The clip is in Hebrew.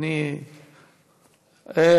אתה אמרת, אורן חזן לא היה המציע בהצעה.